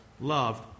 loved